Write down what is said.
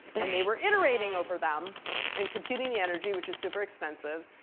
and they were iterating over them and computing the energy, which is super expensive,